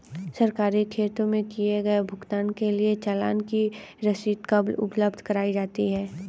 सरकारी खाते में किए गए भुगतान के लिए चालान की रसीद कब उपलब्ध कराईं जाती हैं?